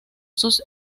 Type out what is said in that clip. sus